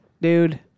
Dude